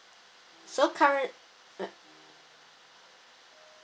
so current~ uh